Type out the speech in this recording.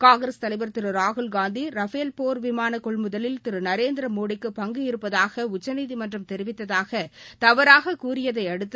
காங்கிரஸ் தலைவர் திரு ராகுல்காந்தி ரஃபேல் போர் விமான கொள்முதலில் திரு நரேந்திரமோடிக்கு பங்கு இருப்பதாக உச்சநீதிமன்றம் தெரிவித்ததாக தவறாக கூறியதையடுத்து